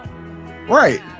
right